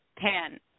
ten